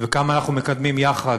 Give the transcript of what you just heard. וכמה אנחנו מקדמים יחד